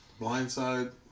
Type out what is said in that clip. Blindside